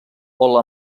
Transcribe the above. hola